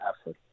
effort